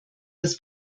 das